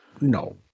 No